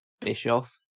Bischoff